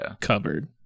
covered